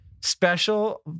special